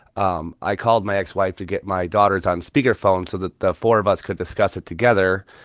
um i called my ex-wife to get my daughters on speakerphone so that the four of us could discuss it together.